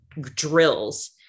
drills